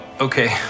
okay